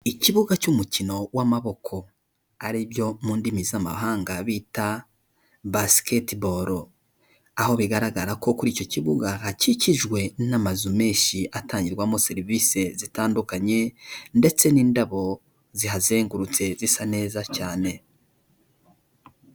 Ikibuga cy'umukino w'amaboko aribyo mu ndimi z'amahanga bita basiketi boro aho bigaragara ko kuri icyo kibuga hakikijwe n'amazu menshi atangirwamo serivisi zitandukanye ndetse n'indabo zihazengurutse zisa neza cyane.